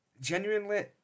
Genuinely